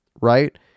right